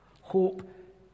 Hope